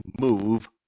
move